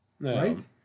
right